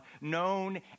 known